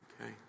Okay